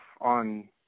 on